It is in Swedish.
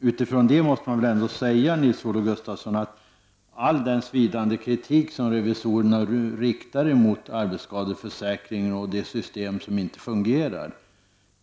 Utifrån detta måste man väl ändå säga, Nils-Olof Gustafsson, att vi måste ta till oss av all den svidande kritik som revisorerna riktar mot arbetsskadeförsäkringen och det system som inte fungerar.